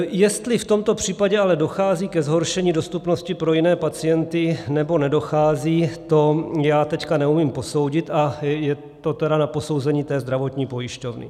Jestli v tomto případě ale dochází ke zhoršení dostupnosti pro jiné pacienty, nebo nedochází, to já teď neumím posoudit, a je to tedy na posouzení té zdravotní pojišťovny.